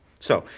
so,